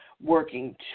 working